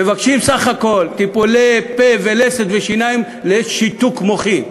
מבקשים בסך הכול טיפולי פה ולסת ושיניים לנפגעי שיתוק מוחין.